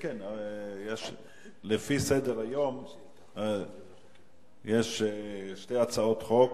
לפי סדר-היום יש שתי הצעות חוק.